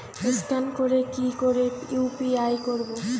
Scan করে কি করে ইউ.পি.আই করবো?